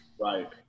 Right